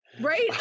Right